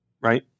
right